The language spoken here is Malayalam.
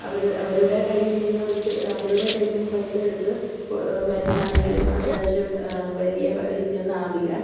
അവരുടെ അവരുടെ കയ്യിൽനിന്നു ഒരു അവരുടെ കയ്യിൽനിന്നു പൈസ എടുത്ത് മരുന്നിനാണെങ്കിലും അത്യാവശ്യം വലിയ പൈസ ഒന്നും ആവില്ല